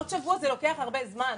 עוד שבוע, זה לוקח הרבה זמן.